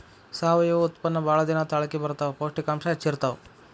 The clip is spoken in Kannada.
ಸಾವಯುವ ಉತ್ಪನ್ನಾ ಬಾಳ ದಿನಾ ತಾಳಕಿ ಬರತಾವ, ಪೌಷ್ಟಿಕಾಂಶ ಹೆಚ್ಚ ಇರತಾವ